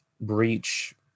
breach